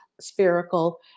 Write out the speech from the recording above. spherical